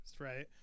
right